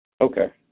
Okay